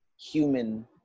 human